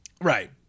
Right